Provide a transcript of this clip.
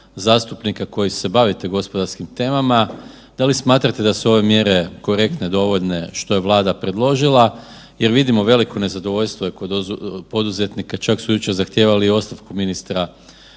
zastupnika koji se bavite gospodarskim temama da li smatrate da su ove mjere korektne, dovoljne što je Vlada predložila jer vidimo veliko nezadovoljstvo je kod poduzetnika, čak su jučer zahtijevali ostavku ministra